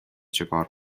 چیکار